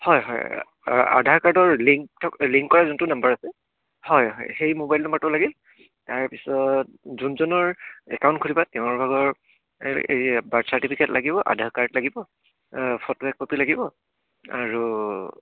হয় হয় আধাৰ কাৰ্ডৰ লিংক থকা লিংক কৰা যোনটো নাম্বাৰ আছে হয় হয় সেই মোবাইল নাম্বাৰটো লাগিল তাৰপিছত যোনজনৰ একাউণ্ট খুলিবা তেওঁৰ ভাগৰ এই বাৰ্থ চাৰ্টিফিকেট লাগিব আধাৰ কাৰ্ড লাগিব ফটো এককপি লাগিব আৰু